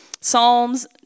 Psalms